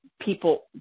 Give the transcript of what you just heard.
people